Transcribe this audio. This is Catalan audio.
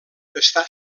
està